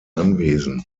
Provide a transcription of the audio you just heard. anwesen